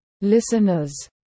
listeners